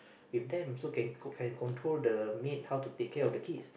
with them so can can control the maid how to take care of the kids